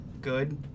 good